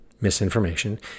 misinformation